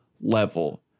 level